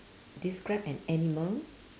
describe an animal